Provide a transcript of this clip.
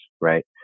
right